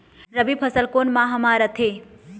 रबी फसल कोन माह म रथे?